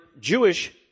Jewish